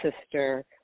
sister